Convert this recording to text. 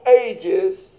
ages